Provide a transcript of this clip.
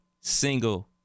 single